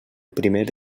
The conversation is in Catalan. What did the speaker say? primer